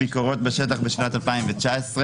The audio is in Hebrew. שישבור את הראש.